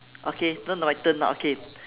okay now my turn okay